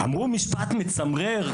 אמרו משפט מצמרר,